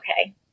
okay